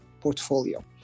portfolio